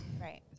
Right